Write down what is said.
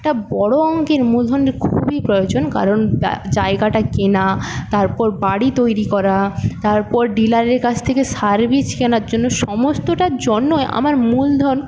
একটা বড় অঙ্কের মূলধনের খুবই প্রয়োজন কারণ জায়গাটা কেনা তারপর বাড়ি তৈরি করা তারপর ডিলারের কাছ থেকে সার বীজ কেনার জন্য সমস্তটার জন্যই আমার মূলধন